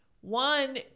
One